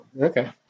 Okay